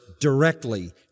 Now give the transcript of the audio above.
directly